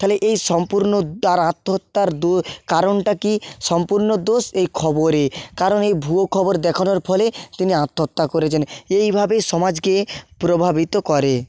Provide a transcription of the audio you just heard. তাহলে এই সম্পূর্ণ তার আত্মহত্যার কারণটা কি সম্পূর্ণ দোষ এই খবরে কারণ এই ভুয়ো খবর দেখানোর ফলে তিনি আত্মহত্যা করেছেন এইভাবেই সমাজকে প্রভাবিত করে